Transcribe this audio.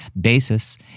Basis